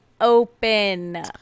open